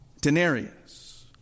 denarius